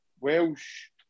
Welsh